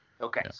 Okay